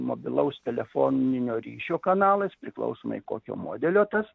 mobilaus telefoninio ryšio kanalais priklausomai kokio modelio tas